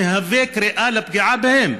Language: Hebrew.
מהווה קריאה לפגיעה בהם.